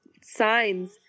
Signs